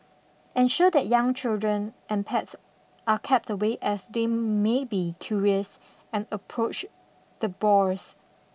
ensure that young children and pets are kept away as they may be curious and approach the boars